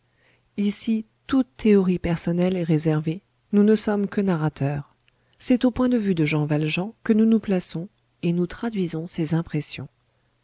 ici toute théorie personnelle est réservée nous ne sommes que narrateur c'est au point de vue de jean valjean que nous nous plaçons et nous traduisons ses impressions